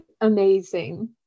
amazing